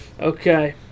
Okay